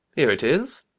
here it is.